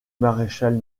maréchal